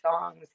songs